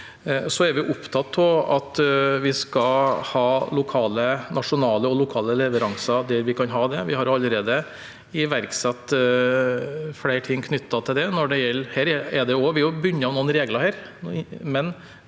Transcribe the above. Vi er opptatt av at vi skal ha nasjonale og lokale leveranser der vi kan ha det. Vi har allerede iverksatt flere ting knyttet til det. Når det gjelder dette, er vi bundet av noen regler, men